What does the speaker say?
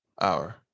hour